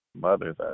mothers